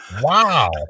wow